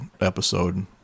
episode